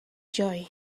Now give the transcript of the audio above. joy